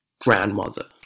grandmother